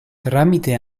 tramite